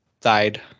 died